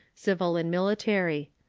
civil and military.